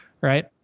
Right